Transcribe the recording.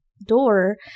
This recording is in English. door